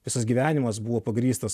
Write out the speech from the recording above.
visas gyvenimas buvo pagrįstas